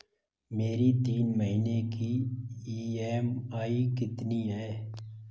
मेरी तीन महीने की ईएमआई कितनी है?